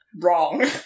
wrong